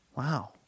Wow